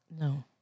no